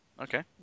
Okay